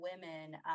women